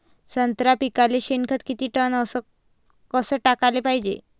संत्र्याच्या पिकाले शेनखत किती टन अस कस टाकाले पायजे?